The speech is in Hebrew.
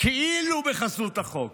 כאילו בחסות החוק.